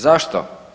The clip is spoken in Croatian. Zašto?